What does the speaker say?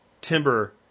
timber